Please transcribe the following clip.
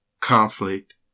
conflict